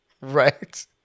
Right